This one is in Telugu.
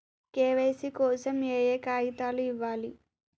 కే.వై.సీ కోసం ఏయే కాగితాలు ఇవ్వాలి?